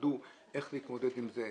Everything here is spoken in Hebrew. למדו איך להתמודד עם זה,